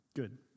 Good